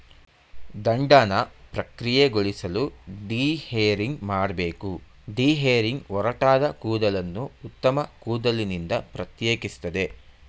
ದಂಡನ ಪ್ರಕ್ರಿಯೆಗೊಳಿಸಲು ಡಿಹೇರಿಂಗ್ ಮಾಡ್ಬೇಕು ಡಿಹೇರಿಂಗ್ ಒರಟಾದ ಕೂದಲನ್ನು ಉತ್ತಮ ಕೂದಲಿನಿಂದ ಪ್ರತ್ಯೇಕಿಸ್ತದೆ